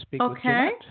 Okay